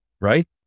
right